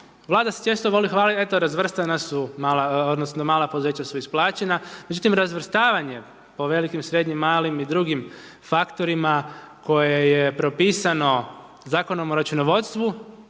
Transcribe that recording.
Vlada se svjesno voli hvaliti, eto razvrstana su, odnosno mala poduzeća su isplaćena. Međutim, razvrstavanjem po velikim, srednjim, malim i drugim faktorima koje je propisano Zakonom o računovodstvu